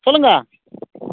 சொல்லுங்கள்